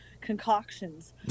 concoctions